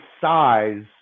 size